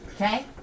Okay